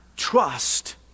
trust